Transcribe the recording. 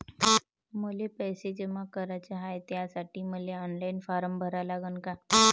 मले पैसे जमा कराच हाय, त्यासाठी मले ऑनलाईन फारम भरा लागन का?